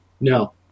No